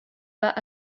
pas